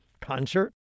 concert